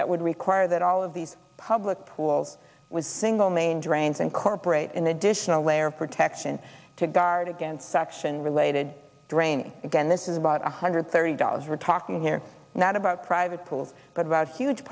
that would require that all of these public pools was a single main drains incorporate an additional layer of protection to guard against suction related drain again this is about one hundred thirty dollars we're talking here not about private schools but about huge